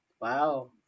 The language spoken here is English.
Wow